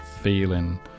feeling